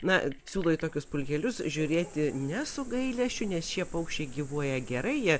na siūlau į tokius pulkelius žiūrėti ne su gailesčiu nes šie paukščiai gyvuoja gerai jie